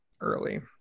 early